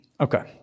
Okay